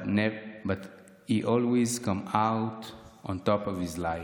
/ But he's always come out on top of life.